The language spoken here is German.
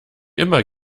immer